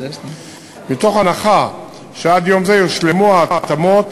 מתוך ההנחה שעד יום זה יושלמו ההתאמות